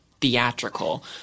theatrical